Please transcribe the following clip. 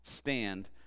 stand